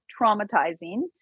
traumatizing